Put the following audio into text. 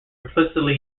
implicitly